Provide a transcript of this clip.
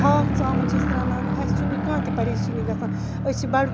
ہاکھ ژَمَن چھِ أسۍ رَنان اَسہِ چھُنہٕ کانہہ تہِ پریشٲنی گژھان أسۍ چھِ بَڑٕ